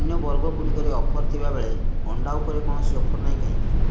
ଅନ୍ୟ ବର୍ଗଗୁଡ଼ିକରେ ଅଫର୍ ଥିବାବେଳେ ଅଣ୍ଡା ଉପରେ କୌଣସି ଅଫର୍ ନାହିଁ କାହିଁକି